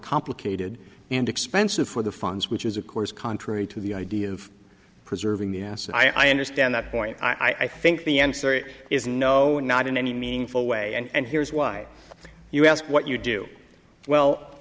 complicated and expensive for the funds which is of course contrary to the idea of preserving yes i understand that point i think the answer is no not in any meaningful way and here's why you ask what you do well